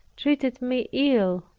treated me ill,